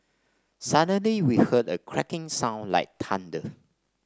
suddenly we heard a cracking sound like thunder